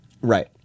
Right